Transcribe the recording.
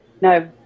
no